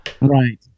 right